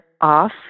off